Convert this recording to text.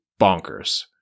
bonkers